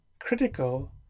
Critical